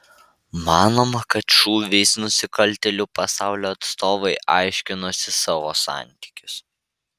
manoma kad šūviais nusikaltėlių pasaulio atstovai aiškinosi savo santykius